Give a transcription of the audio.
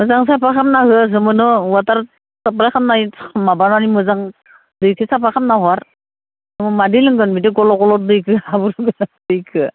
मोजां साफा खामना हो जोंबो न अवाटार साफा खामनाय माबानानै मोजां दैखो साफा खामना हर औ मादि लोंगोन बिदि गल'गल' दैखो हाब्रु गोनां दैखो